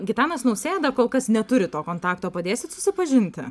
gitanas nausėda kol kas neturi to kontakto padėsit susipažinti